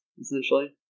essentially